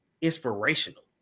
inspirational